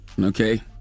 Okay